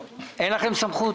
אין לכם סמכות?